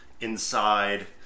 Inside